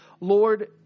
Lord